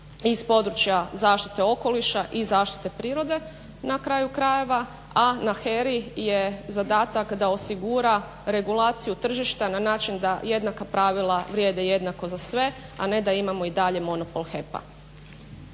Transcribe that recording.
iz područja zaštite okoliša i zaštite prirode na kraju krajeva, a na HERA-i je zadatak da osigura regulaciju tržišta na način da jednaka pravila vrijede jednako za sve, a ne da imamo i dalje monopol HEP-a.